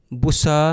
busa